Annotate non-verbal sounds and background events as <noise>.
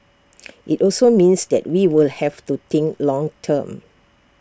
<noise> IT also means that we will have to think long term